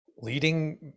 leading